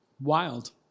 wild